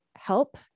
help